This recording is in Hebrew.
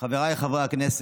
חבריי חברי הכנסת,